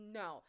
no